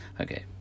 Okay